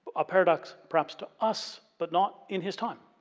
a paradox perhaps to us, but not in his time,